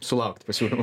sulaukti pasiūlymų